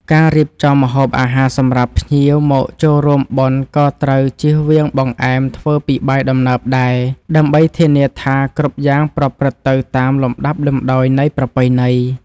ការរៀបចំម្ហូបអាហារសម្រាប់ភ្ញៀវមកចូលរួមបុណ្យក៏ត្រូវចៀសវាងបង្អែមធ្វើពីបាយដំណើបដែរ ដើម្បីធានាថាគ្រប់យ៉ាងប្រព្រឹត្តទៅតាមលំដាប់លំដោយនៃប្រពៃណី។